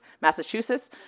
Massachusetts